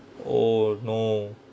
oh no